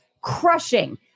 crushing